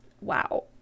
Wow